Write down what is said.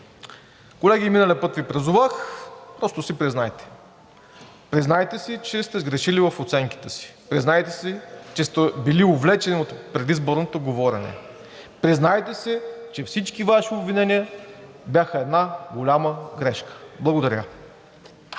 Колеги, и миналия път Ви призовах – просто си признайте, признайте си, че сте сгрешили в оценките си. Признайте си, че сте били увлечени от предизборното говорене. Признайте си, че всички Ваши обвинения бяха една голяма грешка. Благодаря.